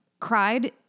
cried